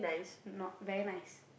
not very nice